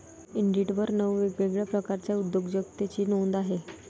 इंडिडवर नऊ वेगवेगळ्या प्रकारच्या उद्योजकतेची नोंद आहे